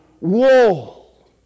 wall